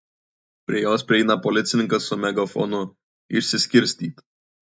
prie jos prieina policininkas su megafonu išsiskirstyt